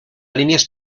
líneas